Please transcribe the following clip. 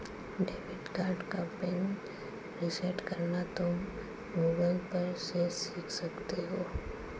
debit card का pin reset करना तुम गूगल पर से सीख सकते हो